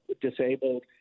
disabled